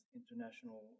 international